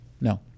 No